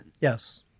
Yes